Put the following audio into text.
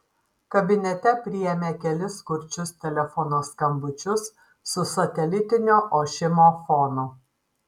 kabinete priėmė kelis kurčius telefono skambučius su satelitinio ošimo fonu